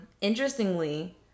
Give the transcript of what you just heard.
interestingly